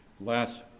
last